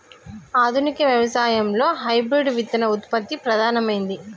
ఆధునిక వ్యవసాయం లో హైబ్రిడ్ విత్తన ఉత్పత్తి ప్రధానమైంది